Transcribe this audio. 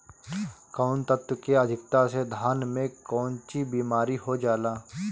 कौन तत्व के अधिकता से धान में कोनची बीमारी हो जाला?